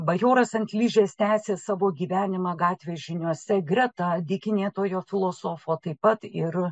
bajoras ant ližės tęsė savo gyvenimą gatvės žiniose greta dykinėtojo filosofo taip pat ir